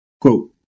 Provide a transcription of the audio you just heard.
Quote